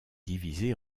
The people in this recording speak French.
divisée